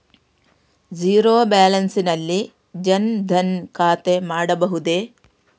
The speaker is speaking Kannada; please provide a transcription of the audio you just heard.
ಝೀರೋ ಬ್ಯಾಲೆನ್ಸ್ ನಲ್ಲಿ ಜನ್ ಧನ್ ಖಾತೆ ಮಾಡಬಹುದೇ?